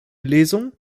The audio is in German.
lesung